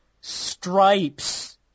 stripes